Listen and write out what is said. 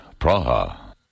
Praha